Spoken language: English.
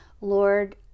Lord